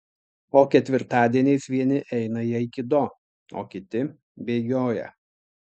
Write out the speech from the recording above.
o ketvirtadieniais vieni eina į aikido o kiti bėgioja